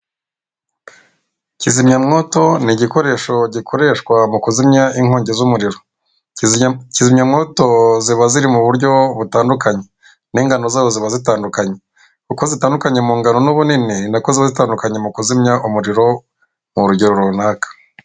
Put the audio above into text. Kizimyamwoto ni igikoresho gikoreshwa mu kuzimya inkongi z'umuriro, kizimyamwoto ziba ziri mu buryo butandukanye n'ingano za ziba zitandukanye kuko zitandukanye mu ngano n'ubunini nakoze za zitandukanye mu kuzimya umuriro mu rugero runaka.